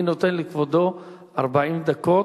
אני נותן לכבודו 40 דקות.